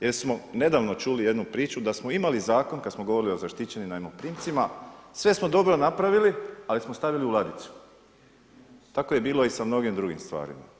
Jesmo nedavno čuli jednu priču da smo imali zakon kada smo govorili o zaštićenim najmoprimcima, sve smo dobro napravili ali smo stavili u ladicu, tako je bilo i sa mnogim drugim stvarima.